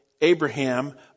Abraham